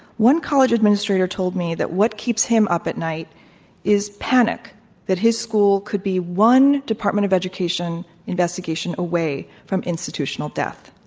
one college administrator told me that what keeps him up at night is panic that his school could be one department of education investigation away from institutional death.